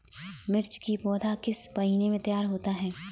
मिर्च की पौधा किस महीने में तैयार होता है?